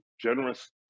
generous